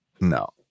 No